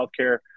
Healthcare